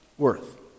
worth